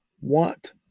want